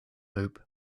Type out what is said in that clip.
hope